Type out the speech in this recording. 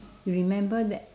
remember that